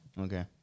Okay